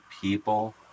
people